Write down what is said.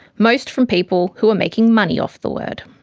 most from people who are making money off the word.